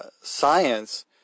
science